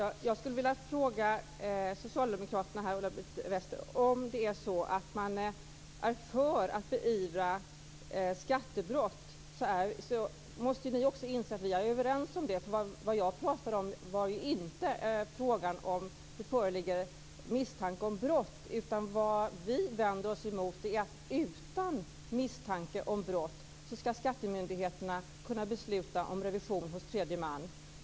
Herr talman! Om det är så att Socialdemokraterna och Ulla Wester är för att beivra skattebrott måste ni inse att vi är överens om det. Vad jag pratade om var inte frågan om det föreligger misstanke om brott. Vad vi vänder oss emot är att skattemyndigheterna utan misstanke om brott skall kunna besluta om revision hos tredje man.